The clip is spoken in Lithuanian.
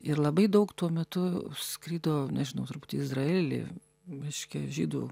ir labai daug tuo metu skrido nežinau turbūt į izraelį reiškia žydų